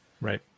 Right